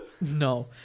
no